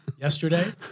yesterday